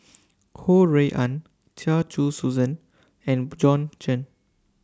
Ho Rui An Chia Choo Suan and Bjorn Shen